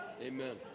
Amen